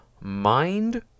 Mind